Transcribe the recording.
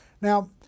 Now